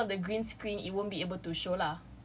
cause of the green screen it won't be able to show lah